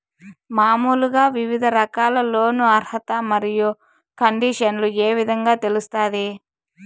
మామూలుగా వివిధ రకాల లోను అర్హత మరియు కండిషన్లు ఏ విధంగా తెలుస్తాది?